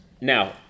now